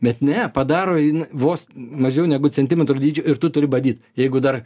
bet ne padaro vos mažiau negu centimetro dydžio ir tu turi badyt jeigu dar